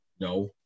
No